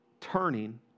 turning